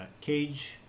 Cage